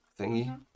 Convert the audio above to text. thingy